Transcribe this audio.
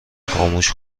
خاموش